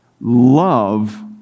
Love